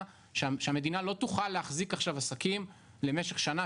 שהמדינה לא תוכל להחזיק עכשיו עסקים למשך שנה,